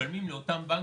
משלמים לאותם בנקים.